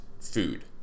food